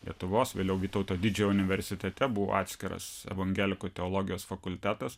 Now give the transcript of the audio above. lietuvos vėliau vytauto didžiojo universitete buvo atskiras evangelikų teologijos fakultetas